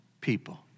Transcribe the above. people